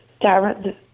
Darren